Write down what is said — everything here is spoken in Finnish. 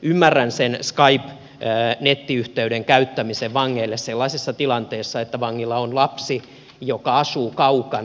ymmärrän sen vankien skype nettiyhteyden käyttämisen sellaisessa tilanteessa että vangilla on lapsi joka asuu kaukana